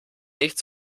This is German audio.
nicht